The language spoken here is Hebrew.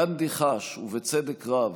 גנדי חש, ובצדק רב,